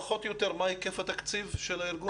פחות או יותר מה היקף התקציב של הארגון?